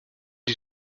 die